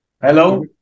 Hello